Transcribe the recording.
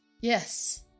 Yes